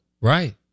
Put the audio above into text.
Right